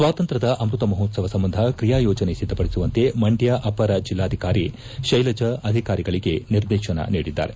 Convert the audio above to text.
ಸ್ವಾತಂತ್ರ್ಯದ ಅಮ್ಯತ ಮಹೋತ್ಸವ ಸಂಬಂಧ ಕ್ರಿಯಾಯೋಜನೆ ಸಿದ್ಧಪಡಿಸುವಂತೆ ಮಂಡ್ಕ ಅವರ ಜಿಲ್ನಾಧಿಕಾರಿ ಶೈಲಜಾ ಅಧಿಕಾರಿಗಳಿಗೆ ನಿರ್ದೇಶನ ನೀಡಿದ್ದಾರೆ